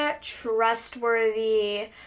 trustworthy